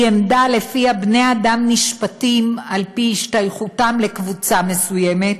היא עמדה שלפיה בני אדם נשפטים על פי השתייכותם לקבוצה מסוימת